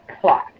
plot